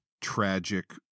tragic